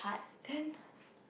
then